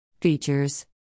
Features